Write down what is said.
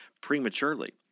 prematurely